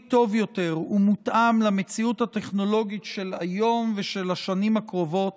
טוב יותר ומותאם למציאות הטכנולוגית של היום ושל השנים הקרובות